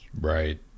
Right